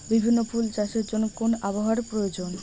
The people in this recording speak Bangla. বিভিন্ন ফুল চাষের জন্য কোন আবহাওয়ার প্রয়োজন?